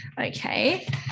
okay